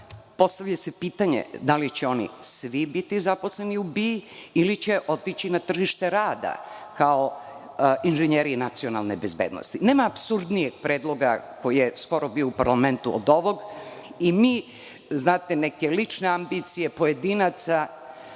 Postavlja se pitanje – da li će oni svi biti zaposleni u BIA ili će otići na tržište rada kao inženjeri nacionalne bezbednosti? Nema apsurdnijeg predloga koji je skoro bio u parlamentu od ovog. Ovo su neke lične ambicije pojedinaca